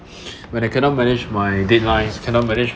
when it cannot manage my deadlines cannot manage